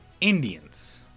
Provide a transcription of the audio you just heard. Indians